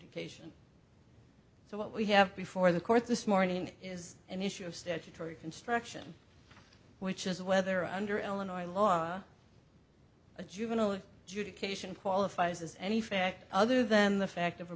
dication so what we have before the court this morning is an issue of statutory construction which is whether under illinois law a juvenile of juda cation qualifies as any fact other than the fact of a